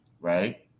right